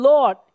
Lord